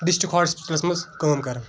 district hospitals منٛز کٲم کران